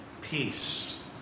peace